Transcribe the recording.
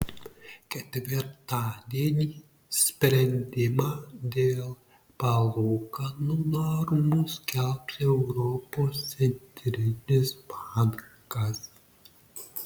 ketvirtadienį sprendimą dėl palūkanų normų skelbs europos centrinis bankas